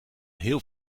heel